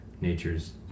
nature's